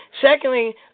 secondly